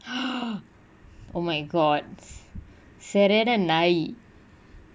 oh oh my god serada நாய்:naai